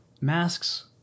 Masks